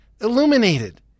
Illuminated